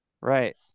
Right